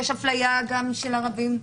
יש הפליה גם של ערבים,